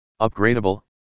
Upgradable